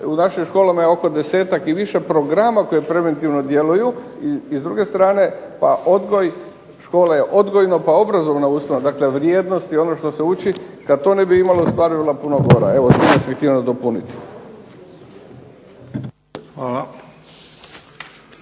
u našim školama je oko desetak i više programa koji preventivno djeluju, a s druge strane odgoj, škola je odgojno pa obrazovna ustanova, dakle vrijednost i ono što se uči, kad to ne bi imalo stvar bi bila puno gora. Evo to sam htio nadopuniti.